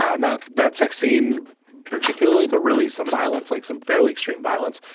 um not that sex scene particularly, but really some violence like some fairly extreme violence,